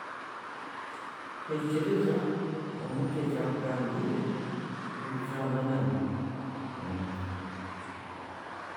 Kwikiiriza omuntu e'kyakugambiire ngu kyamananu